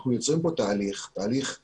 אנחנו יוצרים כאן תהליך חדש